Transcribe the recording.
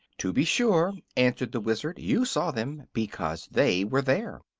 to be sure, answered the wizard. you saw them because they were there.